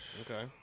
Okay